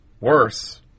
worse